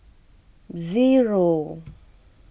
zero